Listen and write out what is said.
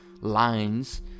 lines